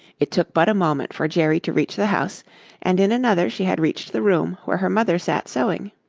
it took but a moment for jerry to reach the house and in another she had reached the room where her mother sat sewing.